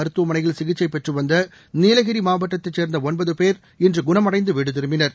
மருத்துவமனையில் சிகிச்சை பெற்று வந்த நீலகிரி மாவட்டத்தை சேர்ந்த ஒன்பது பேர் இன்று குணமடைந்து வீடு திரும்பினர்